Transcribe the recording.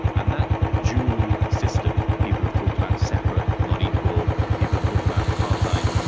and that dual system, people have talked about separate, not equal, people have talked about apartheid,